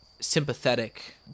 sympathetic